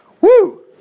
Woo